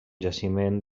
jaciment